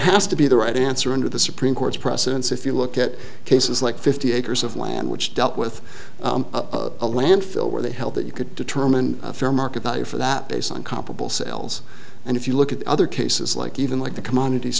has to be the right answer under the supreme court's precedents if you look at cases like fifty acres of land which dealt with a landfill where they held that you could determine fair market value for that based on comparable sales and if you look at other cases like even like the commodities